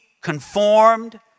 conformed